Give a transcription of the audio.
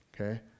Okay